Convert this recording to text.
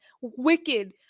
Wicked